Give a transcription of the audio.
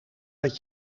dat